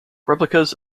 replicas